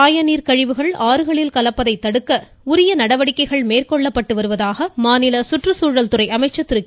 சாயநீர் கழிவுகள் ஆறுகளில் கலப்பதை தடுக்க உரிய நடவடிக்கைகள் மேற்கொள்ளப்பட்டு வருவதாக மாநில சுற்றுச்சூழல் அமைச்சர் துறை திரு